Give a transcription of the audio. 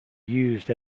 used